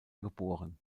geboren